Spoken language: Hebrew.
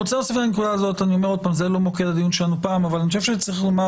זה לא מוקד הדיון שלנו הפעם אבל אני חשוב שצריך לומר